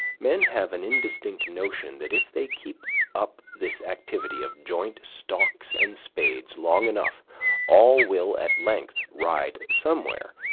men have an indistinct notion that if they keep up this activity of joint stocks and spades long enough all will at length ride somewhere,